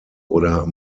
oder